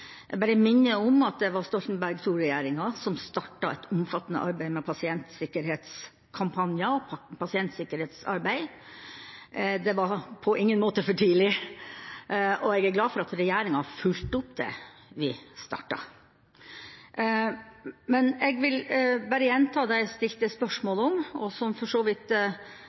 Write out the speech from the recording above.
Jeg bare minner om at det var Stoltenberg II-regjeringa som startet et omfattende arbeid med pasientsikkerhetskampanjer og pasientsikkerhetsarbeid. Det var på ingen måte for tidlig, og jeg er glad for at denne regjeringa har fulgt opp det vi startet. Jeg vil bare gjenta det jeg stilte spørsmål om, og som for så vidt